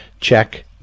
check